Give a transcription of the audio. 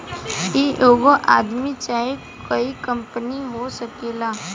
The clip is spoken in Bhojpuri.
ई एगो आदमी चाहे कोइ कंपनी हो सकेला